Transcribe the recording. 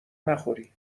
نخوری